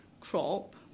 crop